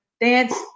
dance